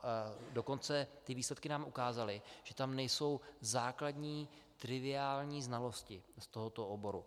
A dokonce ty výsledky nám ukázaly, že tam nejsou základní triviální znalosti z tohoto oboru.